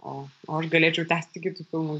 o o aš galėčiau tęsti kitų filmų